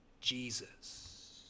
Jesus